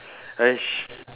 !hais!